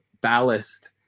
ballast